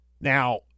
Now